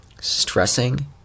stressing